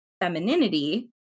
femininity